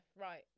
right